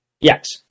Yes